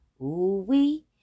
ooh-wee